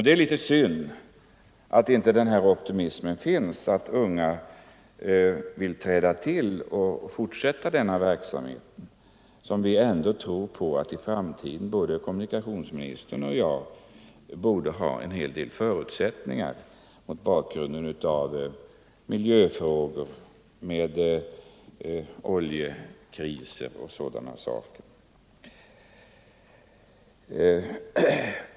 Det är litet synd att inte optimismen finns hos de unga att träda till och fortsätta denna verksamhet som vi ändå tror — både kommunika tionsministern och jag — borde ha en hel del förutsättningar med tanke på miljöfrågor, oljekriser och dylikt.